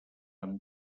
amb